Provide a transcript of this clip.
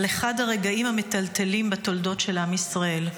אחד הרגעים המטלטלים בתולדות עם ישראל.